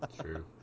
true